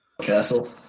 Castle